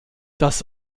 das